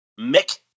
Mick